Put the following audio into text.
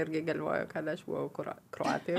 irgi galvojo kad aš buvau kro kroatijoj